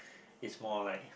is more like